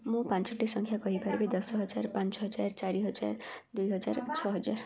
ମୁଁ ପାଞ୍ଚଟି ସଂଖ୍ୟା କହିପାରିବି ଦଶ ହଜାର ପାଞ୍ଚ ହଜାର ଚାରି ହଜାର ଦୁଇହଜାର ଛଅହଜାର